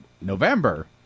November